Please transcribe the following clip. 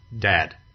Dad